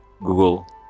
Google